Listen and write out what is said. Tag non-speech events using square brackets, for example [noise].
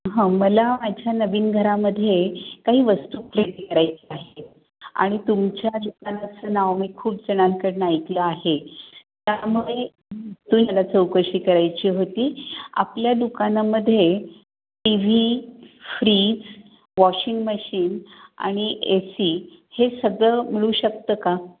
हं मला माझ्या नवीन घरामध्ये काही वस्तू [unintelligible] करायची आहेत आणि तुमच्या दुकानाचं नाव मी खूप जणांकडनं ऐकलं आहे त्यामुळे [unintelligible] चौकशी करायची होती आपल्या दुकानामध्ये T V fridge washing machine आणि ए सी हे सगळं मिळू शकतं का